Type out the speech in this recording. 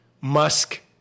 Musk